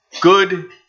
good